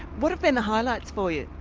what have been the highlights for yeah